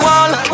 one